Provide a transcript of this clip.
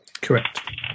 Correct